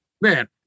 man